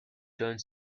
don’t